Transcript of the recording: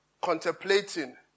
contemplating